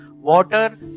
water